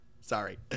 Sorry